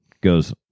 Goes